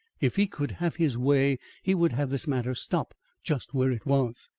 if he could have his way, he would have this matter stop just where it was.